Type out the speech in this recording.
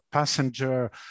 passenger